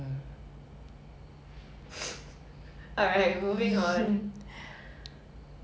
is there any food that you want to try recently or like food trends that you want to try